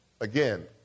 again